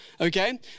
okay